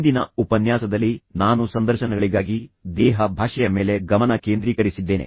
ಹಿಂದಿನ ಉಪನ್ಯಾಸದಲ್ಲಿ ನಾನು ಸಂದರ್ಶನಗಳಿಗಾಗಿ ದೇಹ ಭಾಷೆಯ ಮೇಲೆ ಗಮನ ಕೇಂದ್ರೀಕರಿಸಿದ್ದೇನೆ